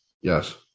yes